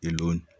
Alone